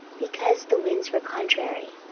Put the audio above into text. because the winds were contrary.